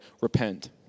repent